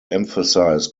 emphasize